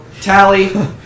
tally